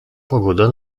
pogoda